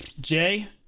Jay